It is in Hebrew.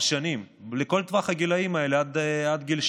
שנים בכל טווח הגילים האלה עד גיל שש.